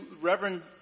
Reverend